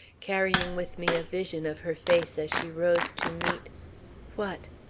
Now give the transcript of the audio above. carrying with me a vision of her face as she rose to meet what?